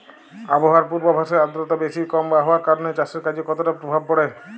আবহাওয়ার পূর্বাভাসে আর্দ্রতা বেশি বা কম হওয়ার কারণে চাষের কাজে কতটা প্রভাব পড়ে?